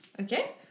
Okay